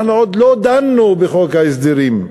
אנחנו עוד לא דנו בחוק ההסדרים.